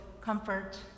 comfort